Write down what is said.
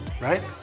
Right